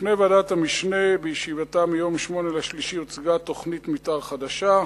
בישיבת ועדת המשנה ביום 8 במרס הוצגה בפניה תוכנית מיתאר חדשה,